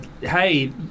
hey